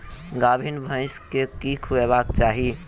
गाभीन भैंस केँ की खुएबाक चाहि?